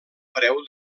preu